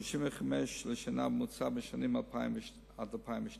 35 לשנה בממוצע בשנים 2000 2002,